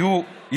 תראו,